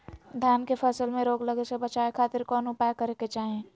धान के फसल में रोग लगे से बचावे खातिर कौन उपाय करे के चाही?